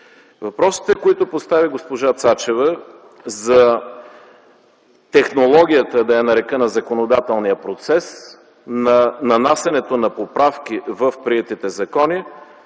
Въпросите, които постави госпожа Цачева, за технологията на законодателния процес, за нанасянето на поправки в приетите закони,